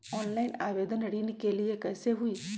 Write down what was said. Online आवेदन ऋन के लिए कैसे हुई?